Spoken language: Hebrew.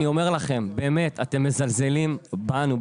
אתם מזלזלים בנו,